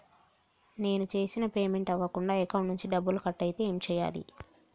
నేను చేసిన పేమెంట్ అవ్వకుండా అకౌంట్ నుంచి డబ్బులు కట్ అయితే ఏం చేయాలి?